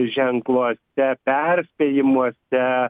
ženkluose perspėjimuose